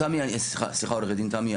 סליחה עו"ד תמי,